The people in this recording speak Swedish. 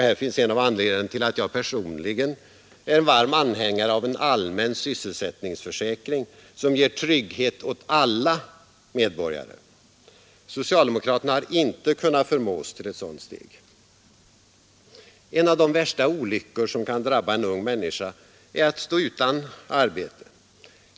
Här finns en av anledningarna till att jag personligen är en varm anhängare av en allmän sysselsättningsförsäkring, som ger tillräcklig trygghet åt alla medborgare. Socialdemokraterna har inte kunnat förmås till ett sådant steg. En av de värsta olyckor som kan drabba en ung människa är att stå utan arbete.